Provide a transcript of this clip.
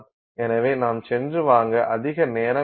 எனவே நாம் சென்று வாங்க அதிக நேரம் எடுக்கலாம்